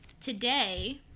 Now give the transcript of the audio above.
today